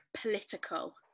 political